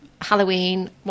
Halloween